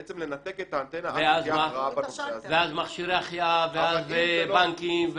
בעצם לנתק את האנטנה --- ואז מכשירי החייאה ואז בנקים?